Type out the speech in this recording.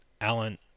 Alan